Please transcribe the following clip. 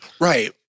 Right